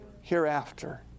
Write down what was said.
Hereafter